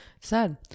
sad